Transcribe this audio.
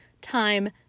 time